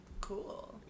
cool